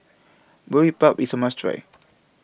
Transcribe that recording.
Boribap IS A must Try